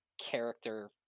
character